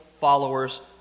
followers